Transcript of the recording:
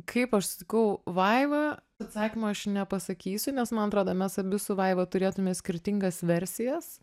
kaip aš sutikau vaivą atsakymo aš nepasakysiu nes man atrodo mes abi su vaiva turėtume skirtingas versijas